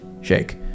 Shake